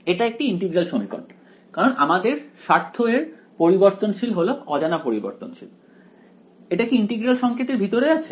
এটা একটি ইন্টিগ্রাল সমীকরণ কারণ আমাদের স্বার্থ এর পরিবর্তনশীল হল অজানা পরিবর্তনশীল এটা কি ইন্টিগ্রাল সংকেতের ভিতরে আছে